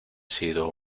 sido